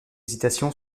hésitations